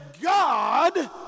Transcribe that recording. God